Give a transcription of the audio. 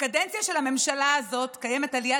בקדנציה של הממשלה הזאת קיימת עלייה